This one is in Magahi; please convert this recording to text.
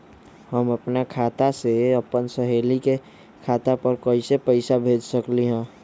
हम अपना खाता से अपन सहेली के खाता पर कइसे पैसा भेज सकली ह?